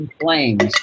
Flames